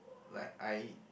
like I